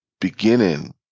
beginning